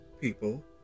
people